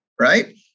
right